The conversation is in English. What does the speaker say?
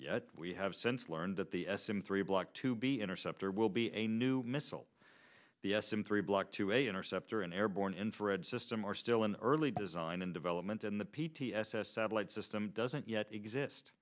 yet we have since learned that the s m three block to be interceptor will be a new missile the s m three block to a interceptor an airborne infrared system are still in the early design and development in the p t s s satellite system doesn't yet exist